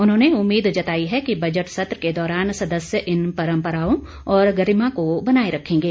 उन्होंने उम्मीद जताई है कि बजट सत्र के दौरान सदस्य इन परम्पराओं और गरिमा को बनाए रखेंगे